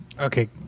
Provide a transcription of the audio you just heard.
Okay